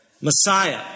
Messiah